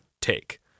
take